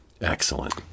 Excellent